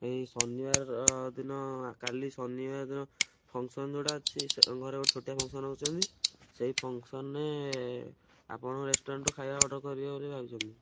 ଏଇ ଶନିବାର ଦିନ କାଲି ଶନିବାର ଦିନ ଫଙ୍କସନ୍ ଯେଉଁଟା ଅଛି ଘରେ ଗୋଟେ ଛୋଟିଆ ଫଙ୍କସନ୍ ରଖିଛନ୍ତି ସେଇ ଫଙ୍କସନ୍ରେ ଆପଣଙ୍କ ରେଷ୍ଟୁରାଣ୍ଟରୁ ଖାଇବା ଅର୍ଡ଼ର୍ କରିବେ ବୋଲି ଭାବିଛନ୍ତି